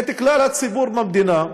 את כלל הציבור במדינה,